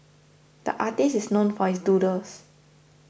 the artist is known for his doodles